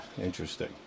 Interesting